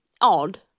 odd